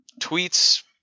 tweets